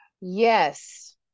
Yes